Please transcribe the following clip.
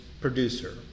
producer